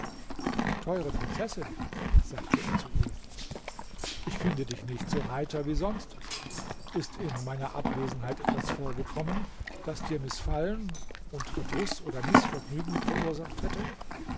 teure prinzessin sagte er zu ihr ich finde dich nicht so heiter wie sonst ist in meiner abwesenheit etwas vorgekommen das dir mißfallen und verdruß oder mißvergnügen verursacht hätte